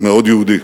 מאוד יהודי.